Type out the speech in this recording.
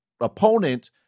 opponent –